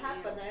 没有